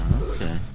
Okay